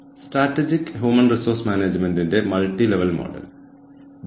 മത്സരാധിഷ്ഠിത നേട്ടം എന്നതിനർത്ഥം വ്യവസായത്തിൽ എതിരാളികളേക്കാൾ ഒരു നേട്ടം ഉണ്ടായിരിക്കുക എന്നാണ്